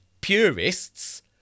purists